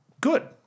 good